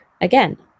Again